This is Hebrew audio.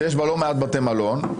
שיש בה לא מעט בתי מלון,